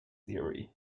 theory